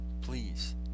Please